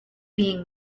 being